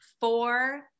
four